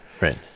right